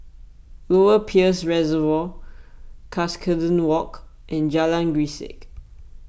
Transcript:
Lower Peirce Reservoir Cuscaden Walk and Jalan Grisek